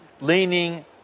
Leaning